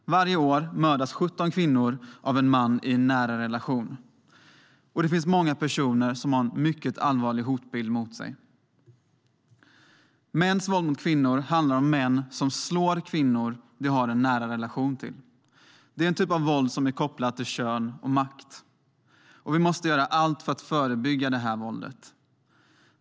Varje år mördas 17 kvinnor av en man som de har en nära relation med, och det finns många personer som har en mycket allvarlig hotbild mot sig. Mäns våld mot kvinnor handlar om män som slår kvinnor som de har en nära relation till. Det är en typ av våld som är kopplad till kön och makt, och vi måste göra allt för att förebygga detta våld.